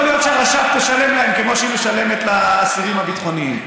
יכול להיות שהרש"פ תשלם להם כמו שהיא משלמת לאסירים הביטחוניים,